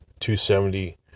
270